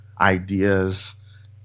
ideas